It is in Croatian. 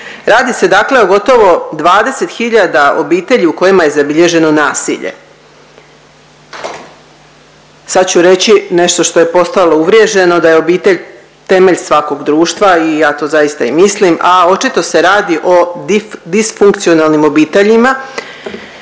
Radi se dakle o gotovo 20 hiljada obitelji u kojima je zabilježeno nasilje. Sad ću reći nešto što je postalo uvriježeno da je obitelj temelj svakog društva i ja to zaista i mislim, a očito se radi o disfunkcionalnim obiteljima